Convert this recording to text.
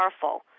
powerful